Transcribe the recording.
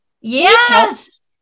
Yes